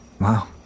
Wow